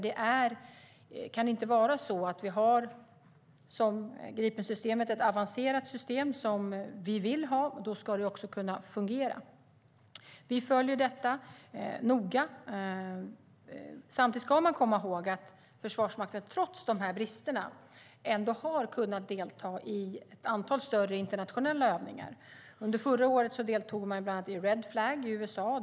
Det kan inte vara så med Gripensystemet. Har vi ett avancerat system som vi vill ha ska det också kunna fungera. Vi följer detta noga. Samtidigt ska man komma ihåg att Försvarsmakten trots dessa brister ändå har kunnat delta i ett antal större internationella övningar. Under förra året deltog man bland annat i Red Flag i USA.